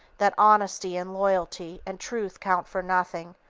that honesty and loyalty and truth count for nothing,